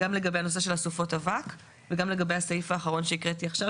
גם לגבי הנושא של סופות האבק וגם לגבי הסעיף האחרון שהקראתי עכשיו,